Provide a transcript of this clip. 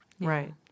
Right